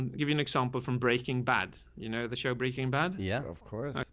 and give you an example from breaking bad. you know the show breaking bad. yeah, of course.